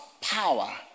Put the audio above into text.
power